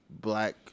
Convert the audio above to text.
black